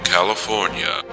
California